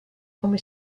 come